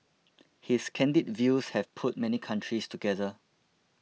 his candid views have put many countries together